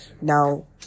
Now